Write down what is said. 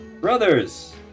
brothers